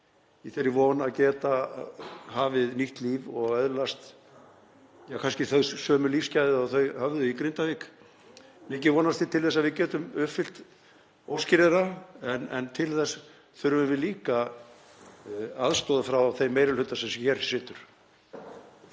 í þeirri von að geta hafið nýtt líf og öðlast kannski sömu lífsgæði og þau höfðu í Grindavík. Mikið vonast ég til þess að við getum uppfyllt óskir þeirra en til þess þurfum við líka aðstoð frá þeim meiri hluta sem hér situr.